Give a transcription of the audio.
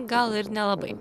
gal ir nelabai